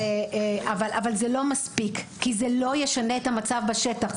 אבל זה לא מספיק כי זה לא ישנה את המצב בשטח,